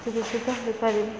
ଚିକିତ୍ସିତ ହୋଇପାରିବ